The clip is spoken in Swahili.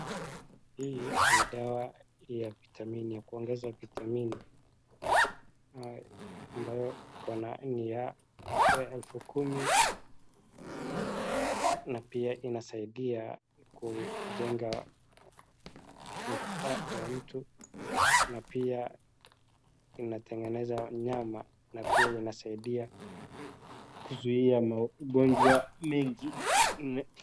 Hii ni dawa ya vitamin ya kuongeza vitamin ambayo iko na ni ya elfu kumi na pia inasaidia kujenga mishipa ya mtu na pia inatengeneza nyama na pia inasaidia kuzuia maugonjwa mengi inayo.